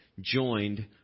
joined